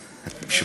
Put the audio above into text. מילה-מילה.